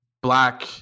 black